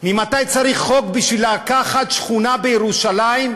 ממתי צריך חוק בשביל לקחת שכונה בירושלים,